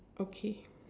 okay